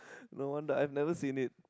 no wonder I've never seen it